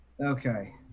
Okay